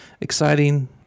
exciting